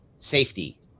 safety